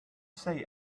say